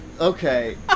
Okay